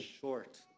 short